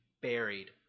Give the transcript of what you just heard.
buried